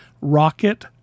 Rocket